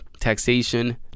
taxation